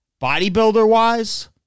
bodybuilder-wise